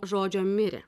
žodžio mirė